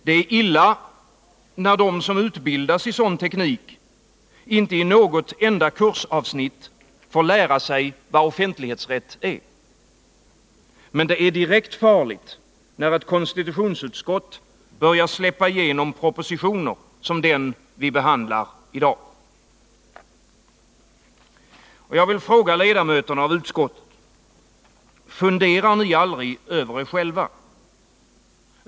Det är illa, när de som utbildas i sådan teknik inte i något enda kursavsnitt får lära sig vad offentlighetsrätt är. Men det är direkt farligt, när ett konstitutionsutskott börjar släppa igenom propositioner som den vi behandlar i dag. Jag vill fråga ledamöterna av utskottet: Funderar ni aldrig över er själva?